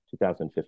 2015